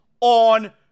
on